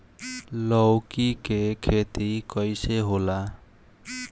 लौकी के खेती कइसे होला?